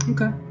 Okay